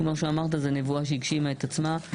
כמו שאמרת, זו נבואה שהגשימה את עצמה.